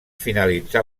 finalitzà